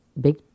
big